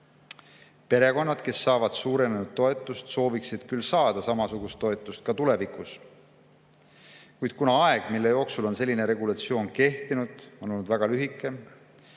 Perekonnad, kes saavad suurenenud toetust, sooviksid küll saada samasugust toetust ka tulevikus, kuid kuna aeg, mille jooksul on selline regulatsioon kehtinud, on olnud väga lühike,